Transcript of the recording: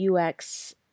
UX